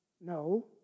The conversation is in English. No